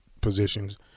positions